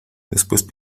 después